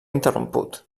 interromput